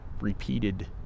repeated